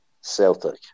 Celtic